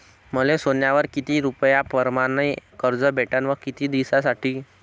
मले सोन्यावर किती रुपया परमाने कर्ज भेटन व किती दिसासाठी?